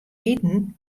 iten